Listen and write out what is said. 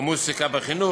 המוזיקה בחינוך,